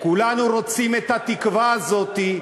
כולנו רוצים את התקווה הזאת.